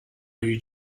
you